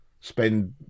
spend